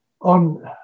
on